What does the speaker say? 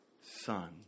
son